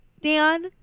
Dan